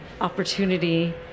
opportunity